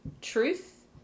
truth